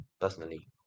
personally